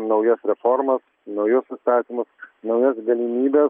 naujas reformas naujus įstatymus naujas galimybes